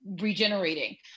regenerating